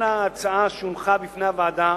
איננה ההצעה שהונחה בפני הוועדה